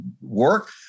work